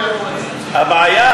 הבעיה,